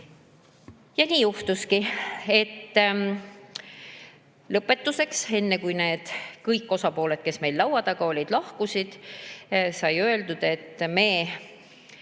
Ja nii juhtuski. Lõpetuseks, enne kui kõik osapooled, kes meil laua taga olid, lahkusid, sai öeldud, et me